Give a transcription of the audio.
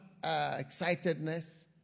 excitedness